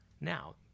now